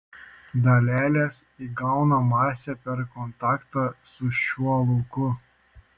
dalelės įgauna masę per kontaktą su šiuo lauku